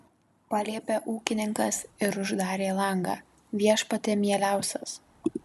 paliepė ūkininkas ir uždarė langą viešpatie mieliausias